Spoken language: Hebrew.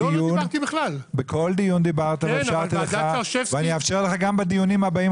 אפשרתי לך ואני אאפשר לך גם בדיונים הבאים,